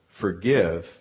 forgive